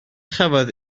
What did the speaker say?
chafodd